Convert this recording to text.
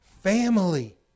family